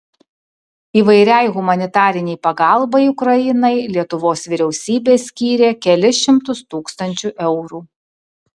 įvairiai humanitarinei pagalbai ukrainai lietuvos vyriausybė skyrė kelis šimtus tūkstančių eurų